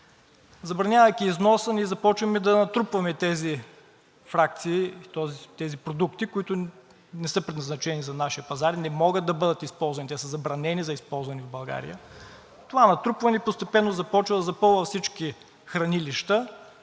Забранявайки износа, ние започваме да натрупваме тези фракции – тези продукти, които не са предназначени за нашия пазар, не могат да бъдат използвани, те са забранени за използване в България, това натрупване постепенно започва да запълва всички хранилища,